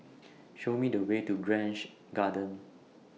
Show Me The Way to Grange Garden